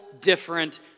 different